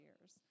years